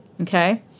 okay